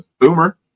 boomer